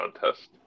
contest